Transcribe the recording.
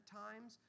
times